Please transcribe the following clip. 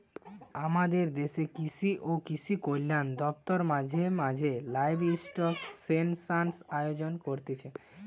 আমদের দেশের কৃষি ও কৃষিকল্যান দপ্তর মাঝে মাঝে লাইভস্টক সেনসাস আয়োজন করতিছে